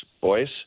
boys